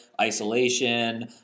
isolation